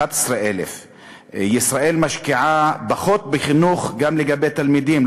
11,000. ישראל משקיעה פחות בחינוך גם לגבי תלמידים,